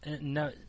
No